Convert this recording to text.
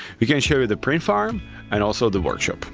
we can show you the print farm and also the workshop